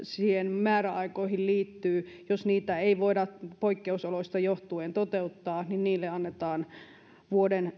määräaikoihin liittyy ei voida poikkeusoloista johtuen toteuttaa niille annetaan vuoden